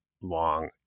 long